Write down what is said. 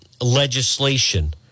legislation